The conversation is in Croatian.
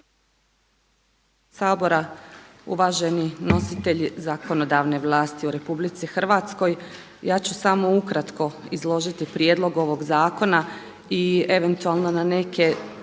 uvaženi nositelj zakonodavne vlasti u Republici Hrvatskoj. Ja ću samo ukratko izložiti prijedlog ovog zakona i eventualno na neke